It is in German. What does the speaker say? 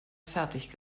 fertig